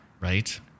right